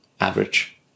average